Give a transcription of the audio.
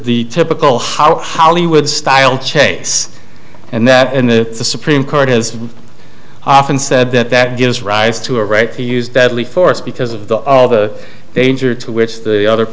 the typical how hollywood style chase and that in the supreme court has often said that that gives rise to a right to use deadly force because of the of the danger to which the other